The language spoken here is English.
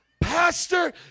Pastor